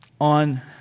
on